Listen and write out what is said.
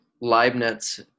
Leibniz